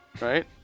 Right